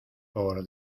por